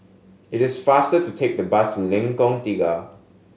it is faster to take the bus to Lengkong Tiga